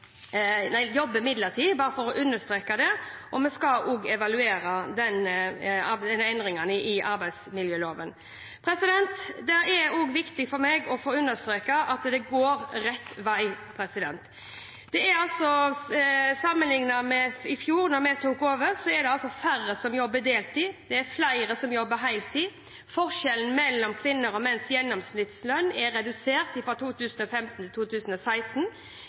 jobber midlertidig, bare for å understreke det, og vi skal også evaluere endringene i arbeidsmiljøloven. Det er også viktig for meg å understreke at det går rett vei. Sammenlignet med da vi tok over, er det altså færre som jobber deltid, det er flere som jobber heltid, forskjellen mellom kvinners og menns gjennomsnittslønn er redusert fra 2015 til 2016.